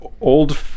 old